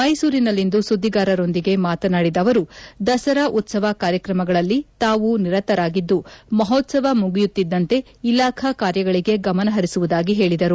ಮೈಸೂರಿನಲ್ಲಿಂದು ಸುದ್ದಿಗಾರರೊಂದಿಗೆ ಮಾತನಾಡಿದ ಅವರು ದಸರಾ ಉತ್ಸವ ಕಾರ್ಯತ್ರಮಗಳಲ್ಲಿ ತಾವು ನಿರತರಾಗಿದ್ದು ಮಹೋತ್ಸವ ಮುಗಿಯುತ್ತಿದ್ದಂತೆ ಇಲಾಖಾ ಕಾರ್ಯಗಳಿಗೆ ಗಮನ ಪರಿಸುವುದಾಗಿ ಹೇಳಿದರು